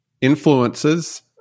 influences